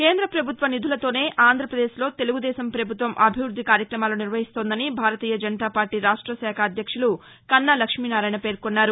కేంద్రప్రభుత్వ నిధులతోనే ఆంధ్రప్రదేశ్లో తెలుగుదేశం ప్రభుత్వం అభివృద్దికార్యక్రమాలు నిర్వహిస్తోందని భారతీయ జనతాపార్టీ రాష్ట్రశాఖ అధ్యక్షులు కన్నా లక్ష్మీనారాయణ పేర్కొన్నారు